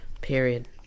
Period